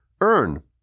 earn